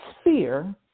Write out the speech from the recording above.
sphere